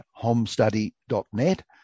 homestudy.net